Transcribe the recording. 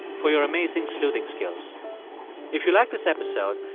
for your amazing sleuthing skills if you like this episode,